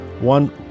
one